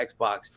Xbox